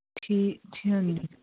ਜੀ ਹਾਂਜੀ